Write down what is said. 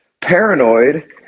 paranoid